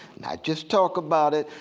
not just talk about it.